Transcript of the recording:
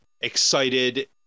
excited